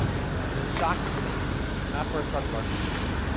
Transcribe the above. and it was shocking to me when i first started learning these things